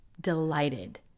delighted